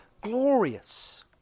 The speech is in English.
glorious